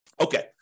Okay